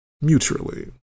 Mutually